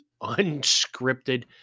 unscripted